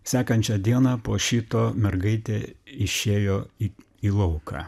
sekančią dieną po šito mergaitė išėjo į į lauką